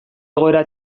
egoera